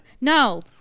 No